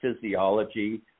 physiology